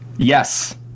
Yes